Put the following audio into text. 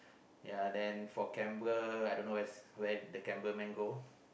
yeah then for camera I don't where's the cameraman go